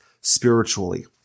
spiritually